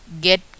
get